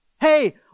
Hey